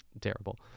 terrible